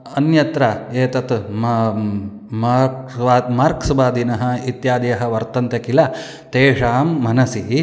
अन्यत्र एतत् Marx Marx वादिनः इत्यादयः वर्तन्ते किल तेषां मनसि